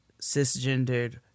cisgendered